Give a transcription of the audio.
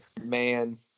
man